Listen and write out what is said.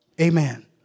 Amen